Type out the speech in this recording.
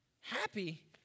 Happy